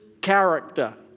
character